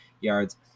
yards